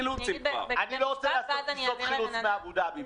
אני לא רוצה לעשות טיסות חילוץ מאבו דאבי.